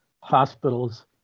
hospitals